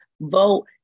vote